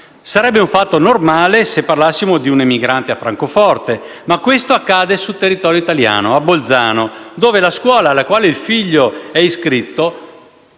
Sarebbe un fatto normale se parlassimo di un emigrante a Francoforte, ma questo accade su territorio italiano, a Bolzano, dove la scuola alla quale il figlio è iscritto